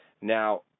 Now